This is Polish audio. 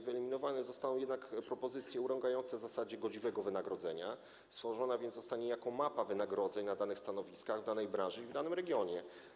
Wyeliminowane zostały jednak propozycje urągające zasadzie godziwego wynagrodzenia, stworzona więc zostanie niejako mapa wynagrodzeń na danych stanowiskach w danej branży i w danym regionie.